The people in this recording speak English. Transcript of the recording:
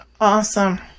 Awesome